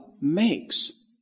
makes